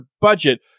budget